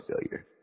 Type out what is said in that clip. failure